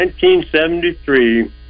1973